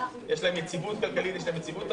יש להם יציבות כלכלית,